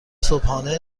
صبحانه